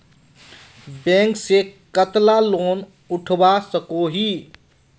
Bank से कतला loan उठवा सकोही?